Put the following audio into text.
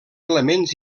elements